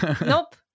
Nope